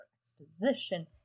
exposition